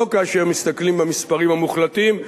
לא כאשר מסתכלים במספרים המוחלטים,